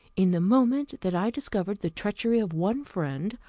in the moment that i discovered the treachery of one friend,